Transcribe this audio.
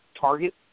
target